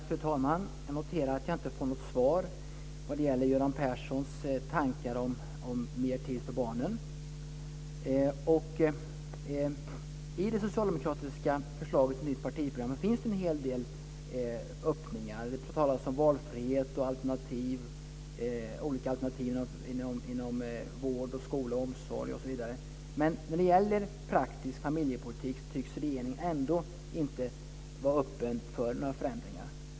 Fru talman! Jag noterar att jag inte har fått något svar vad gäller Göran Perssons tankar om mer tid för barnen. I det socialdemokratiska förslaget till nytt partiprogram finns en hel del öppningar. Det talas om valfrihet och olika alternativ inom vård, skola och omsorg osv. Men när det gäller praktisk familjepolitik tycks regeringen ändå inte vara öppen för några förändringar.